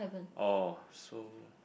oh so